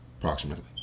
approximately